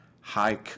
high